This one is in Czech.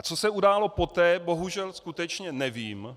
Co se událo poté, bohužel skutečně nevím.